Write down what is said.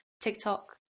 TikTok